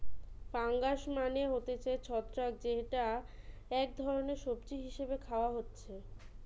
fungus মানে হতিছে ছত্রাক যেইটা এক ধরণের সবজি হিসেবে খাওয়া হতিছে